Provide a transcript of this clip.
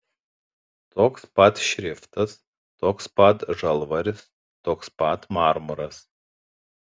toks pat šriftas toks pat žalvaris toks pat marmuras